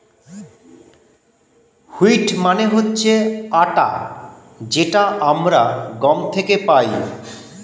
wheat মানে হচ্ছে আটা যেটা আমরা গম থেকে পাই